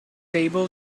able